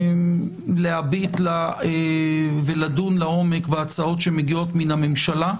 להביט ולדון לעומק בהצעות שמגיעות מהממשלה,